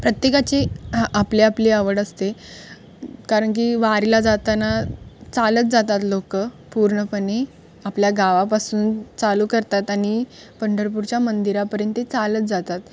प्रत्येकाची हा आपली आपली आवड असते कारण की वारीला जाताना चालत जातात लोकं पूर्णपणे आपल्या गावापासून चालू करतात आणि पंढरपूरच्या मंदिरापर्यंत चालत जातात